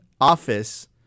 office